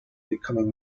becoming